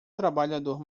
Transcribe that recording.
trabalhador